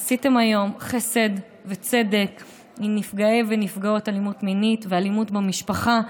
עשיתם היום חסד וצדק עם נפגעי ונפגעות אלימות מינית ואלימות במשפחה,